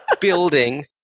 building